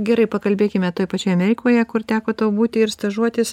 gerai pakalbėkime toj pačioj amerikoje kur teko tau būti ir stažuotis